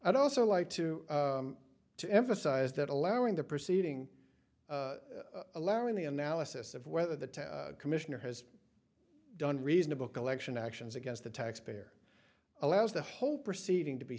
i'd also like to to emphasize that allowing the proceeding allowing the analysis of whether the commissioner has done reasonable collection actions against the taxpayer allows the whole proceeding to be